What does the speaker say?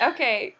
Okay